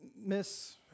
Miss